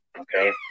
Okay